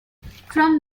from